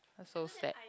ah so sad